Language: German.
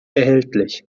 erhältlich